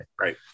right